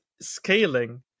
scaling